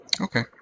Okay